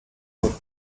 eux